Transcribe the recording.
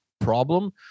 problem